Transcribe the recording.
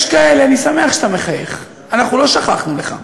יש כאלה, אני שמח שאתה מחייך, אנחנו לא שכחנו לך,